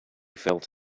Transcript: felt